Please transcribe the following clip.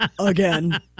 Again